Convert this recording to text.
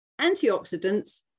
Antioxidants